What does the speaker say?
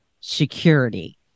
security